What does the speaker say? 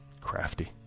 Crafty